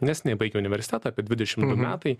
neseniai baigė universitetą apie dvidešimt du metai